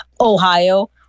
ohio